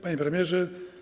Panie Premierze!